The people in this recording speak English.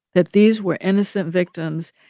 that these were innocent victims,